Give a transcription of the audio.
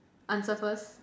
answer first